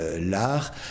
l'art